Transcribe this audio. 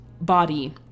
body